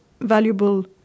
valuable